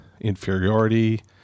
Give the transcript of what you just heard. inferiority